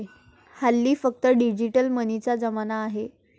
हल्ली फक्त डिजिटल मनीचा जमाना आहे